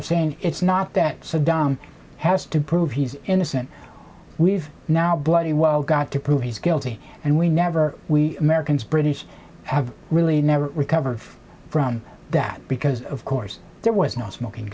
of saying it's not that saddam has to prove he's innocent we've now bloody well got to prove he's guilty and we never we americans british have really never recovered from that because of course there was no smoking